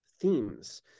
themes